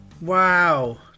Wow